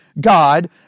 God